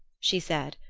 she said,